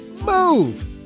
move